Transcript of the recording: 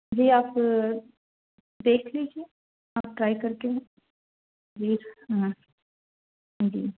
جی آپ دیکھ لیجئے آپ ٹرائی کر کے جی ہاں جی